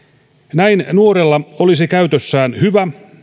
näin nuorella olisi käytössään hyvä